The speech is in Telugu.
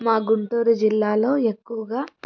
మా గుంటూరు జిల్లాలో ఎక్కువుగా